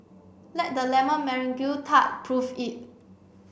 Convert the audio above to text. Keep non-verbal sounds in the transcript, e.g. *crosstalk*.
let the lemon *unintelligible* tart prove it